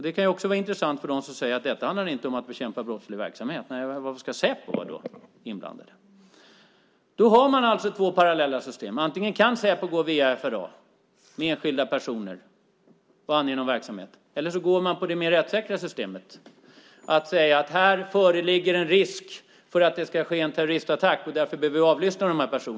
Det kan också vara intressant för dem som säger att det inte handlar om att bekämpa brottslig verksamhet. Varför ska då Säpo vara inblandat? Man har alltså två parallella system. Antingen kan Säpo gå via FRA med enskilda personer och ange någon verksamhet eller så går man via det mer rättssäkra systemet och säger att det föreligger en risk för en terroristattack och därför måste vissa personer avlyssnas.